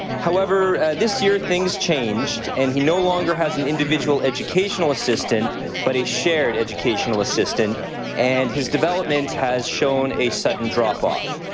however, this year, things changed and he no longer has the and individual educational assistant but a shared educational assistant and his development has shown a sudden drop-off.